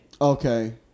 Okay